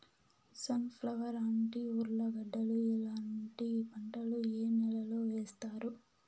Sun flower, అంటి, ఉర్లగడ్డలు ఇలాంటి పంటలు ఏ నెలలో వేస్తారు?